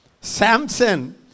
Samson